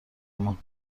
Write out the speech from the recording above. مون